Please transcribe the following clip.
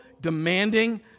demanding